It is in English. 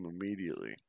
immediately